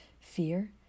Fear